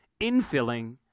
infilling